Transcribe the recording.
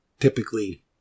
typically